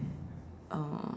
uh